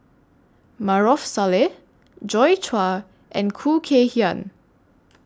Maarof Salleh Joi Chua and Khoo Kay Hian